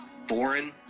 foreign